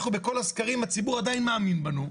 אנחנו בכל הסקרים הציבור עדיין מאמין בנו.